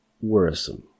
worrisome